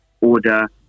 order